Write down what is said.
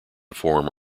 form